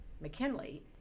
McKinley